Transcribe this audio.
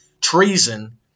treason